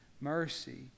mercy